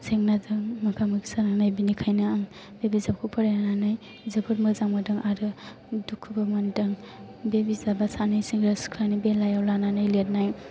जेंनाजों मोगा मोगि जानांनाय बेनिखायनो आं बे बिजाबखौ फरायनानै जोबोद मोजां मोनदों आरो दुखुबो मोनदों बे बिजाबा सानै सेंग्रा सिख्लानि बेलायाव लानानै लिरनाय